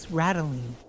rattling